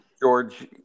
George